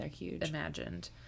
imagined